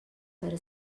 para